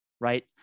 right